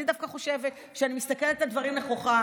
אני דווקא חושבת שאני מסתכלת על דברים נכוחה